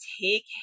take